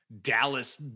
Dallas